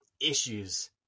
issues